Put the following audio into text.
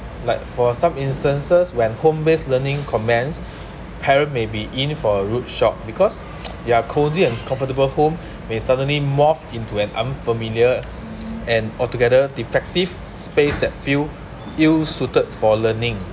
like for are some instances when home-based learning commence parent may be in for a rude shock because their cosy and comfortable home may suddenly morphed into an unfamiliar and altogether defective space that feel ill suited for learning